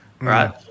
right